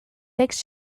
fix